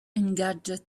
engadget